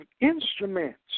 instruments